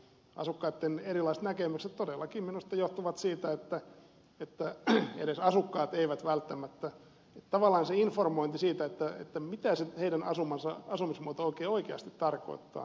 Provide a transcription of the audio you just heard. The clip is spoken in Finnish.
asukkaitten erilaiset näkemykset todellakin minusta johtuvat siitä että edes asukkaat eivät ole välttämättä selvillä siitä mitä se heidän asumismuotonsa oikein oikeasti tarkoittaa